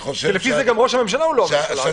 לפי זה גם ראש הממשלה הוא לא הממשלה.